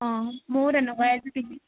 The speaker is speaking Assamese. অঁ মোৰ তেনেকুৱাই এযোৰ পিন্ধিম